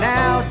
Now